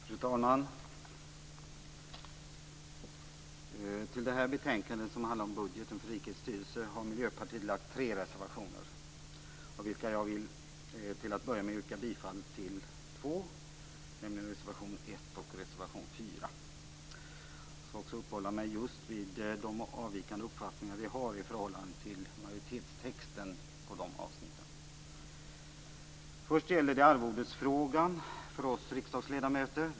Fru talman! Till det här betänkandet, som handlar om budgeten för rikets styrelse, har Miljöpartiet lagt tre reservationer. Till att börja med vill jag yrka bifall till två av dem, nämligen reservation 1 och reservation 4. Jag skall uppehålla mig vid de avvikande uppfattningar vi har i förhållande till majoritetstexten i de avsnitten. Först gäller det frågan om arvodet för oss riksdagsledamöter.